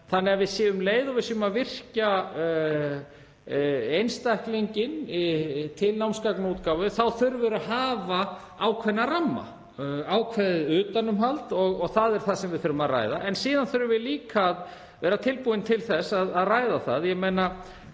Þannig að um leið og við erum að virkja einstaklinginn til námsgagnaútgáfu þá þurfum við að hafa ákveðna ramma, ákveðið utanumhald, og það er það sem við þurfum að ræða. Síðan þurfum við líka að vera tilbúin til þess að ræða hvað